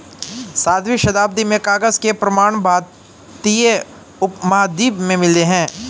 सातवीं शताब्दी में कागज के प्रमाण भारतीय उपमहाद्वीप में मिले हैं